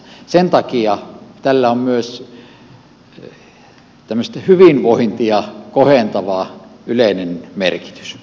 sen takia tällä on myös tämmöistä hyvinvointia kohentava yleinen merkitys